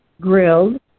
grilled